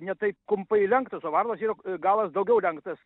ne taip kumpai lenktas o varnos yra galas daugiau lenktas